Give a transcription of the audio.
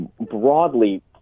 broadly